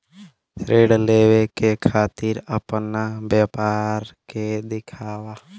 ऋण लेवे के खातिर अपना व्यापार के दिखावा?